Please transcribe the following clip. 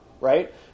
right